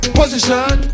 position